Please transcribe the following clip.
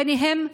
ביניהם נשים.